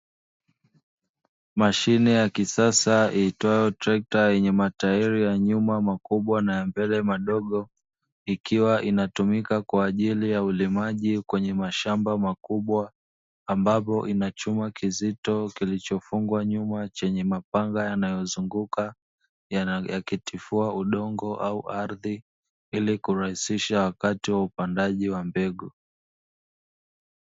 Mashine ya kisasa iitwayo trekta yenye matairi ya nyuma makubwa na ya mbele madogo, ikiwa inatumika kwaajili ya ulimaji kwenye mashamba makubwa, ambapo inachuma kizito kilichifungwa nyuma chenye mapanga yanayo zunguka, yakitifua udongo au ardhi ili kurahisisha wakati wa upandaji wa mbegu.